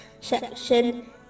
section